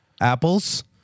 Apples